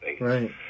right